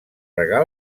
regar